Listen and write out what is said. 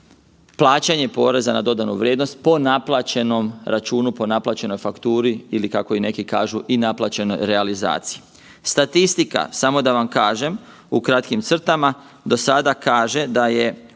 plaćanje poreza na dodanu vrijednost po naplaćenom računu, po naplaćenoj fakturi ili kako neki kažu i naplaćenoj realizaciji. Statistika, samo da vam kažem u kratkim crtama do sada kaže da je